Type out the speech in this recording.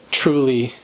truly